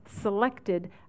selected